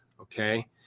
okay